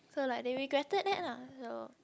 so like they regretted that lah so